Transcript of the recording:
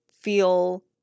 feel